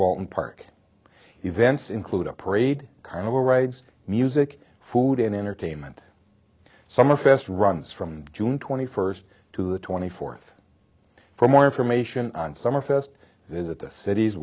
walton park events include a parade carnival rides music food and entertainment summerfest runs from june twenty first to the twenty fourth for more information on summerfest visit the city's